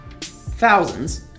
thousands